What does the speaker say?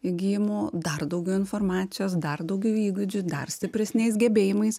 įgijimu dar daugiau informacijos dar daugiau įgūdžių dar stipresniais gebėjimais